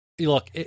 Look